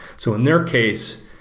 so in their case,